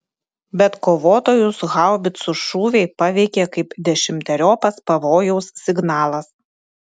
bet kovotojus haubicų šūviai paveikė kaip dešimteriopas pavojaus signalas